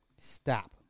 stop